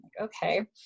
Okay